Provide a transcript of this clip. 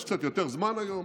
יש לי קצת יותר זמן היום,